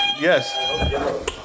Yes